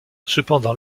cependant